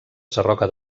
sarroca